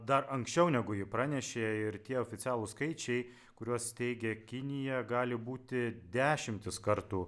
dar anksčiau negu ji pranešė ir tie oficialūs skaičiai kuriuos teigė kinija gali būti dešimtis kartų